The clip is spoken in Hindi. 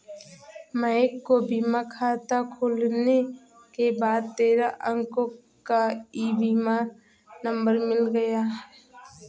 महक को बीमा खाता खुलने के बाद तेरह अंको का ई बीमा नंबर मिल गया